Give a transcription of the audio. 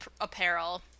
apparel